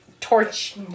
torch